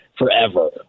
forever